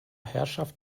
herrschaft